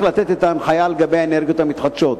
לתת את ההנחיה לגבי האנרגיות המתחדשות.